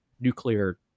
nuclear